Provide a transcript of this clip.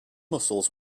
muscles